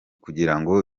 kugirango